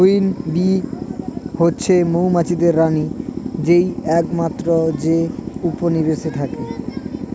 queen bee হচ্ছে মৌমাছিদের রানী যেই একমাত্র যে উপনিবেশে থাকে